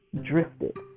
drifted